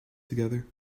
together